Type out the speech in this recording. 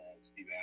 Steve